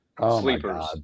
sleepers